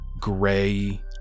gray